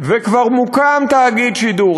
וכבר מוקם תאגיד שידור,